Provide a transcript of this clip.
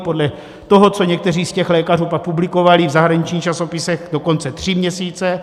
Podle toho, co někteří z těch lékařů pak publikovali v zahraničních časopisech, dokonce tři měsíce.